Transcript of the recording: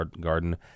Garden